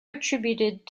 attributed